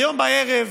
היום בערב,